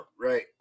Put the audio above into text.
right